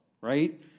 right